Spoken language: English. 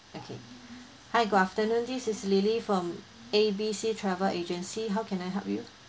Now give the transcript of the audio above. okay hi good afternoon this is lily from A B C travel agency how can I help you